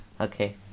okay